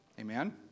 Amen